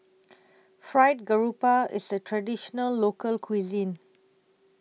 Fried Garoupa IS A Traditional Local Cuisine